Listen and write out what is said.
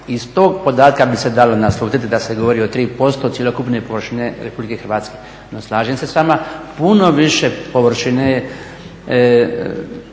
Iz tog podatka bi se dalo naslutiti da se govori o 3% od cjelokupne površine Republike Hrvatske. No slažem se s vama, puno više površine